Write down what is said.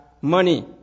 money